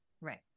Right